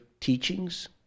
teachings